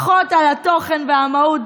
פחות על התוכן והמהות,